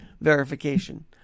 verification